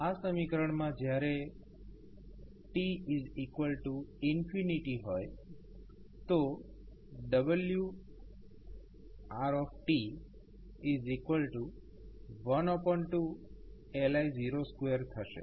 આ સમીકરણમાં જયારે t હોય તો wR12LI02 થશે